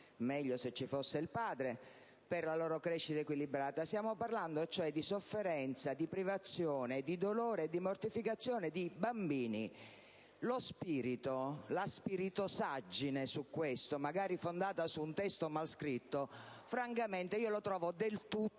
sarebbe se ci fosse il padre - per una loro crescita equilibrata. Stiamo parlando, cioè, di sofferenza, di privazione, di dolore, di mortificazione, di bambini. La spiritosaggine su questo aspetto, magari fondata su un testo mal scritto, francamente la trovo del tutto